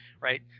right